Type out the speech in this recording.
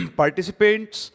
participants